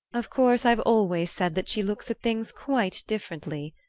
of course i've always said that she looks at things quite differently,